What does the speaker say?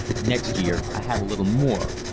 next year i had a little more,